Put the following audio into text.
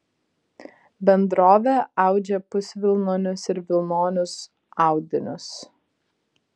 bendrovė audžia pusvilnonius ir vilnonius audinius